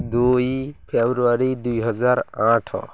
ଦୁଇ ଫେବୃଆରୀ ଦୁଇହଜାର ଆଠ